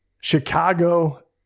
Chicago